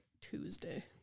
Tuesday